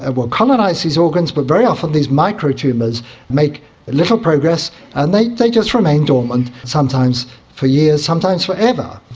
ah will colonise these organs, but very often these micro tumours make little progress and they they just remain dormant, sometimes for years, sometimes forever.